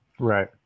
Right